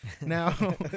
Now